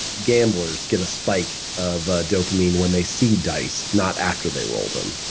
gamblers get a spike of ah dopamine when they see dice, not after they roll them.